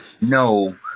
no